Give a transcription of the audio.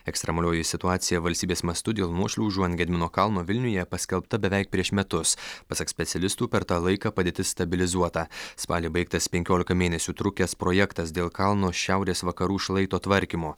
ekstremalioji situacija valstybės mastu dėl nuošliaužų ant gedimino kalno vilniuje paskelbta beveik prieš metus pasak specialistų per tą laiką padėtis stabilizuota spalį baigtas penkioliką mėnesių trukęs projektas dėl kalno šiaurės vakarų šlaito tvarkymo